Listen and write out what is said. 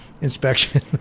inspection